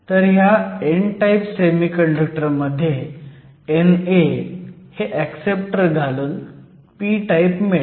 तर ह्या n type semiconductor मध्ये NA हे ऍक्सेप्टर घालून p टाईप मिळेल